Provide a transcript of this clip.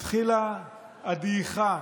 התחילה הדעיכה